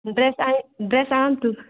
dress ଆଣି dress ଆଣନ୍ତୁ